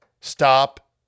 Stop